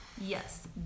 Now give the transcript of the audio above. Yes